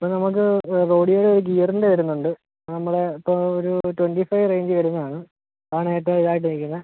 ഇപ്പോൾ നമുക്ക് റോഡിയോ ഗിയറിൻ്റെ വരുന്നുണ്ട് നമ്മളെ ഇപ്പോൾ ഒരു ട്വൻറ്റി ഫൈവ് റേഞ്ച് വരുന്നത് ആണ് ആണ് ഏറ്റവും ഇത് ആയിട്ട് ഇരിക്കുന്നത്